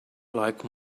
like